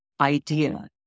idea